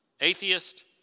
Atheist